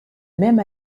même